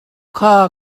kha